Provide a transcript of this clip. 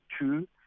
two